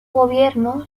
gobierno